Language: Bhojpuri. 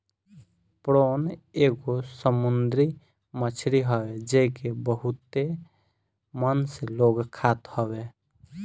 प्रोन एगो समुंदरी मछरी हवे जेके बहुते मन से लोग खात हवे